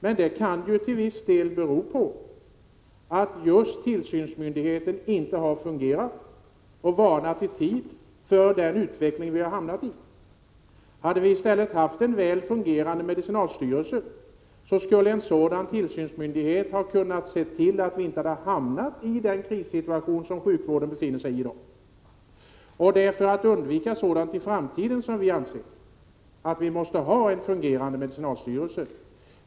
Men det kan ju till viss del bero på att just tillsynsmyndigheten inte har fungerat och varnat i tid för den utveckling som vi hamnat i. Hade vi i stället haft en väl fungerande medicinalstyrelse skulle en sådan tillsynsmyndighet ha kunnat se till att vi inte hade hamnat i den krissituation som sjukvården befinner sig i i dag. Det är för att undvika sådant i framtiden som vi enligt vår mening måste ha en fungerande medicinalstyrelse.